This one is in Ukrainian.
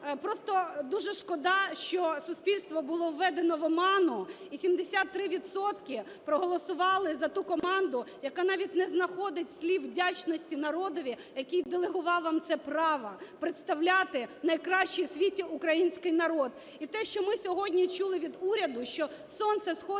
Просто дуже шкода, що суспільство було введено в оману і 73 відсотки проголосували за ту команду, яка навіть не знаходить слів вдячності народові, який делегував вам це право представляти найкращий у світі український народ. І те, що ми сьогодні чули від уряду, що сонце сходить